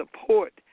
support